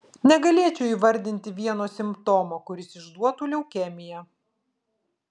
negalėčiau įvardinti vieno simptomo kuris išduotų leukemiją